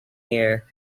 here